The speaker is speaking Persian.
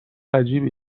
عجیبی